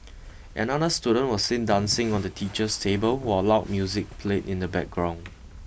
another student was seen dancing on the teacher's table while loud music played in the background